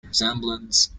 resembles